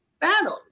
battles